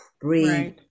breathe